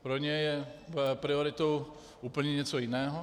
Pro ně je prioritou úplně něco jiného.